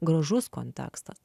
gražus kontekstas